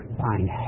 find